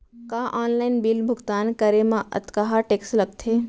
का online bill भुगतान करे मा अक्तहा टेक्स लगथे?